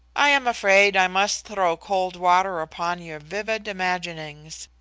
i am afraid i must throw cold water upon your vivid imaginings.